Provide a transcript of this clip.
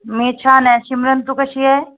मी छान आहे शिमरन तू कशी आहे